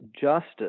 justice